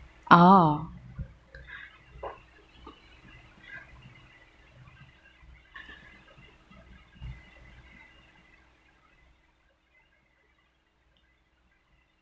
ah